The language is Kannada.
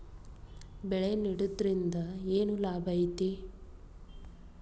ಬೆಳೆ ನೆಡುದ್ರಿಂದ ಏನ್ ಲಾಭ ಐತಿ?